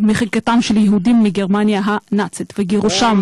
יהודים מגרמניה הנאצית וגירושם.